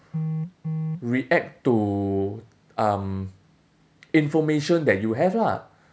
react to um information that you have lah